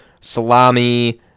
salami